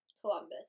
Columbus